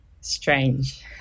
strange